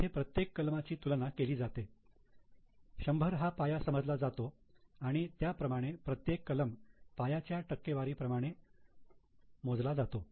इथे प्रत्येक कलमाची तुलना केली जाते 100 हा पाया समजला जातो आणि त्याप्रमाणे प्रत्येक कलम पायाच्या टक्केवारी प्रमाणे मोजला जातो